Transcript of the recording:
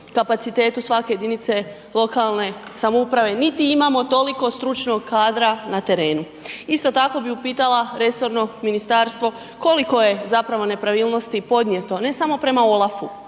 kapacitetu svake jedinice lokalne samouprave, niti imamo toliko stručnog kadra na terenu. Isto tako bih upitala resorno ministarstvo, koliko je zapravo nepravilnosti podnijeto, ne samo prema OLAF-u